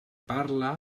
parla